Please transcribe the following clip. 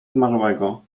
zmarłego